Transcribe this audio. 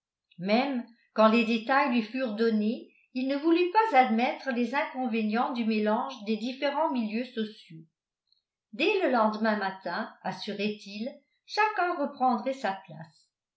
même quand les détails lui furent donnés il ne voulut pas admettre les inconvénients du mélange des différents milieux sociaux dès le lendemain matin assurait il chacun reprendrait sa place